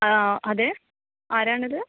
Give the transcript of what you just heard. ആ ആ അതേ ആരാണിത്